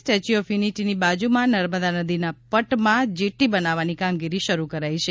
statue of યુનિટીની બાજુમાં નર્મદા નદીના પટમાં જેટ્ટી બનાવવાની કામગીરી શરૂ કરાઈ છે